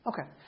Okay